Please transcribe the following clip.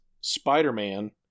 Spider-Man